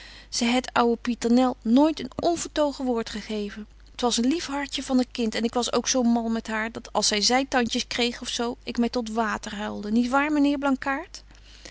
ze het ouwe pieternel nooit een onvertogen woord gegeven t was een lief hartje van een kind en ik was ook zo mal met haar dat als zy tandjes kreeg of zo ik my tot water huilde niet waar myn heer blankaart